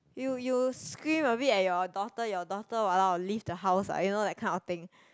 you you scream a bit at your daughter your daughter !walao! leave the house ah you know that kind of thing